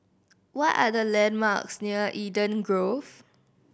what are the landmarks near Eden Grove